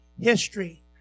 history